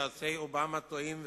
יועצי אובמה טועים,